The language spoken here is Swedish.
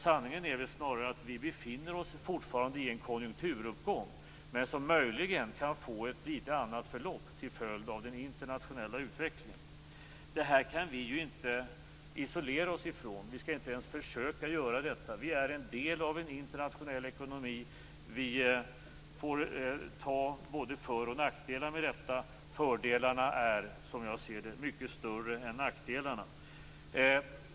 Sanningen är väl snarare att vi fortfarande befinner oss i en konjunkturuppgång, men den kan möjligen få ett lite annat förlopp till följd av den internationella utvecklingen. Det här kan vi inte isolera oss ifrån. Vi skall inte ens försöka göra detta. Vi är en del av en internationell ekonomi. Vi får ta både för och nackdelar med detta. Fördelarna är, som jag ser det, mycket större än nackdelarna.